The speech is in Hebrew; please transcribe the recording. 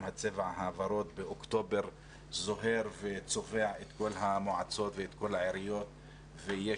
הצבע הוורוד באוקטובר זוהר וצובע את כל המועצות ואת כל העיריות ויש